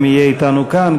אם יהיה אתנו כאן,